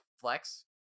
flex